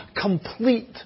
complete